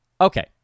Okay